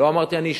ואגב, כשיש